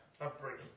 upbringing